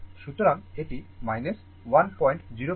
সুতরাং এটি 104 মিলিঅ্যাম্পিয়ার